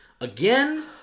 again